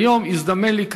והיום הזדמן לי,